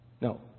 No